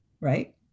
Right